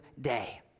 day